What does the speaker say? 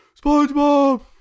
Spongebob